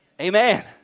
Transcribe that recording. amen